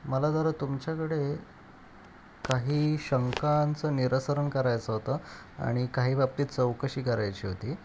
मला जरा तुमच्याकडे काही शंकांचं निरसन करायचं होतं आणि काही बाबतीत चौकशी करायची होती